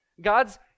God's